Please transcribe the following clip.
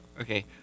okay